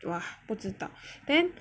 !wah! 不知道 then